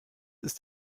ist